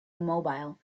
immobile